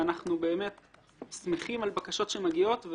אנחנו שמחים על בקשות שמגיעות אלינו